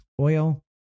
oil